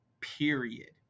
period